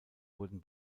wurden